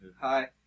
Hi